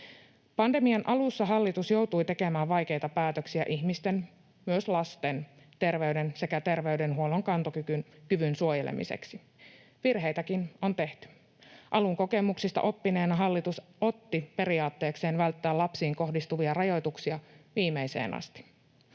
Pandemian alussa hallitus joutui tekemään vaikeita päätöksiä ihmisten, myös lasten terveyden sekä terveydenhuollon kantokyvyn suojelemiseksi. Virheitäkin on tehty. Alun kokemuksista oppineena hallitus otti periaatteekseen välttää lapsiin kohdistuvia rajoituksia viimeiseen asti.